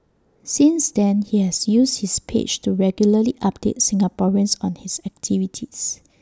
since then he has used his page to regularly update Singaporeans on his activities